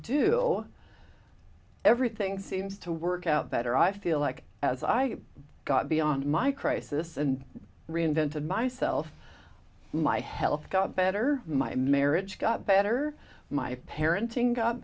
do everything seems to work out better i feel like as i got beyond my crisis and reinvented myself my health got better my marriage got better my parenting got